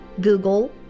Google